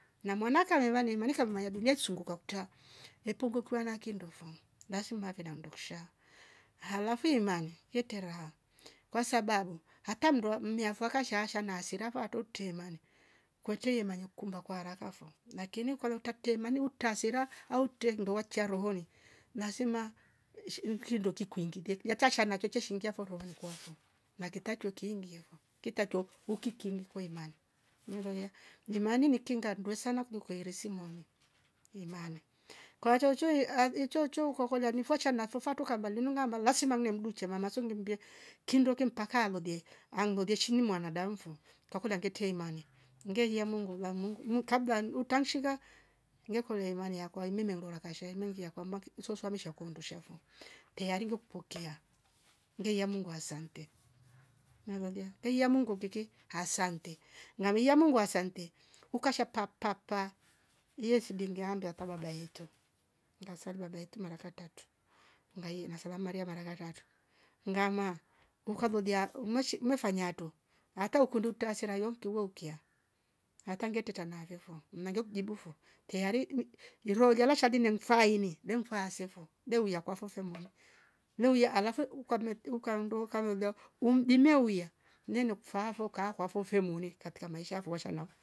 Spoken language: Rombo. Na mwana kaevana nimunika maedumia tusunga kuta nipungiwa na kindofo lazima afe nandoksha alafu ye manya hetaraha kwasabau hata mndua miafaka shasha na hasira vatoto temani kwete manyukumba kwa haraka fo lakini ukaloka tete mani utasira au ktenduachura horoni lazima ii shi kindo kikuingilie yatashan chocho shingia fo rohoni kwako na kitacho kiingi vo kitatcho uking kwa imani mlolia. Imani ni kinga ndwesana kuliko yeresi moni imani kwa chocho ia ichocho ukakoliwa nifwa cha nafofwa toka nungamba lazima mnemducha cha mama sungimbie kindoke mpaka lolie angole chin mwandamu fo kakola ngete imanya, ngehia mungula mungu ni kabla utamshika nokole valia kwa imimelora kashainingia kwamba msoswa mesha kundshavo teari ndo kupokea ngea mungu asante ngea mungu utiki asante na mia mungu asante ukasha papapa yesidingia mrataba bayetu ngasali baba yetu mara katatu tungai na salamu maria katatu ngama ukalolia umoshi mefanya to ata ukunduta hasira yo kiwoukia hata ngete tanarevo na ngekujibu fo teyari nig nilolia lasha nying nyangfaini domfa sefo bouya kwa fofo mmona bouya alafu uka mer ukaondoka vola mjinehuia nene kufa vokaa kwa fofemuni katika maisha vowashala.